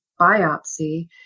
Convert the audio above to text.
biopsy